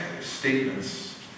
statements